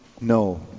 No